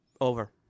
Over